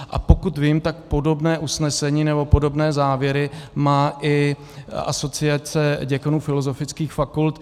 A pokud vím, tak podobné usnesení nebo podobné závěry má i Asociace děkanů filozofických fakult.